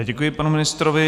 Děkuji panu ministrovi.